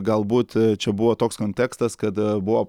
galbūt čia buvo toks kontekstas kad buvo